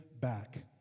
back